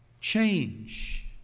change